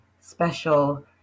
special